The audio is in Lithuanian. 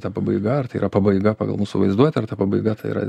ta pabaiga ar tai yra pabaiga pagal mūsų vaizduotę ar ta pabaiga tai yra